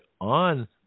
on